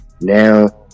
now